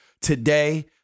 today